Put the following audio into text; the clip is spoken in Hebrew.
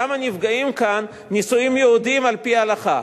למה נפגעים כאן נישואים יהודיים על-פי ההלכה?